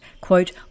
Quote